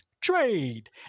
trade